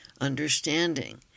understanding